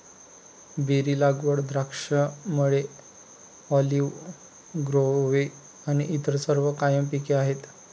berry लागवड, द्राक्षमळे, olive grove आणि इतर सर्व कायम पिके आहेत